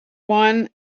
one